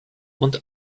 und